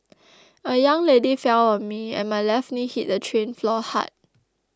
a young lady fell on me and my left knee hit the train floor hard